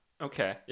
Okay